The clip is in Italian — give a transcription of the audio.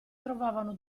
trovavano